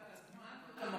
הוא ימצא את הזמן ואת המקום.